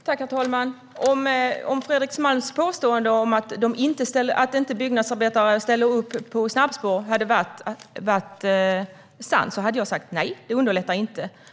Herr talman! Om Fredrik Malms påstående att Byggnads inte ställer upp på snabbspår hade varit sant hade jag sagt: Nej, det underlättar inte.